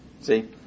See